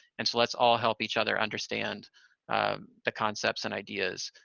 and so let's all help each other understand the concepts and ideas,